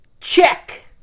Check